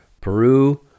Peru